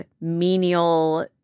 menial